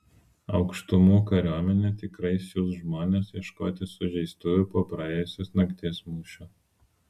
aukštumų kariuomenė tikrai siųs žmones ieškoti sužeistųjų po praėjusios nakties mūšio